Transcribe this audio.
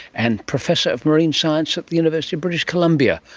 and professor of marine science at the university of british columbia,